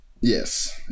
Yes